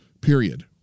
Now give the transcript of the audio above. period